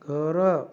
घरं